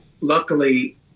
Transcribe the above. luckily